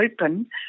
open